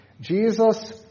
Jesus